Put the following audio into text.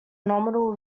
nominal